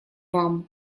вам